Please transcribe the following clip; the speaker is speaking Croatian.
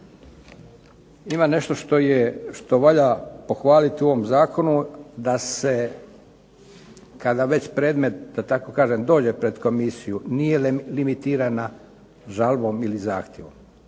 Ima nešto što je, što valja pohvaliti u ovom zakonu, da se kada već predmet da tako kažem dođe pred komisiju nije limitiran žalbom ili zahtjevom.